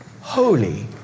holy